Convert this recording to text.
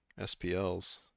SPLs